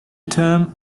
term